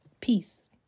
peace